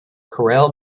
karel